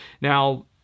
Now